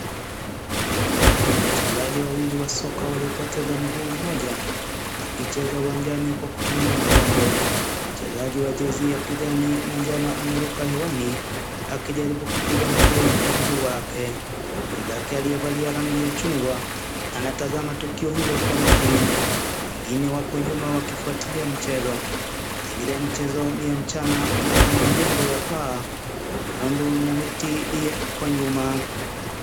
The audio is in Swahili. Wachezaji wawili wa soka waliopoteza mguu mmoja wakicheza uwanjani kwa kutumia magongo. Mchezaji wa jezi ya kijani na njano ameruka hewani akijaribu kupiga mpira kwa mguu wake. Mwenzake aliyevalia rangi ya chungwa anatazama tukio hilo kwa makini. Wengine wapo nyuma wakifuatilia mchezo. Mazingira ya mchezo ni ya mchana na kuna majengo ya paa, ikundu, na miti kwa nyuma.